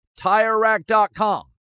TireRack.com